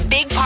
Big